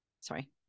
sorry